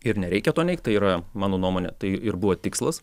ir nereikia to neigt tai yra mano nuomone tai ir buvo tikslus